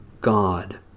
God